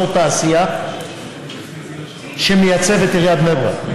אזור תעשייה שמייצב את עיריית בני ברק.